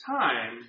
time